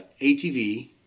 ATV